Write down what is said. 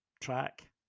track